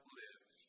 live